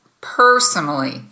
personally